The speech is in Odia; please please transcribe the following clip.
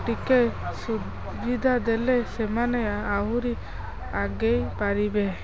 ଟିକିଏ ସୁବିଧା ଦେଲେ ସେମାନେ ଆହୁରି ଆଗେଇ ପାରିବେ